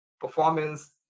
performance